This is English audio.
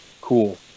cool